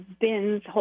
bins